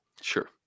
Sure